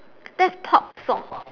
that's pop song